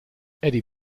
eddy